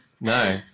No